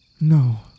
No